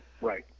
Right